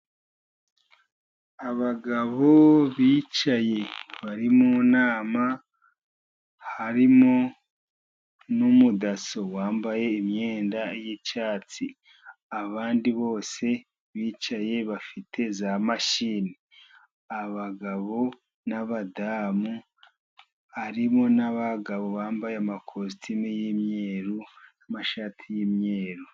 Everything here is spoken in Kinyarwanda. Abagabo bicaye bari mu nama harimo n'umudaso wambaye imyenda y'icyatsi abandi bose bicaye bafite za mashini. Abagabo n'abadamu harimo n'abagabo bambaye amakositime y'imyeru n'amashati y'imyeru.